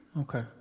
Okay